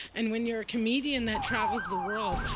and when you're a comedian that travels the world,